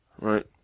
right